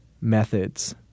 methods